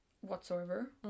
whatsoever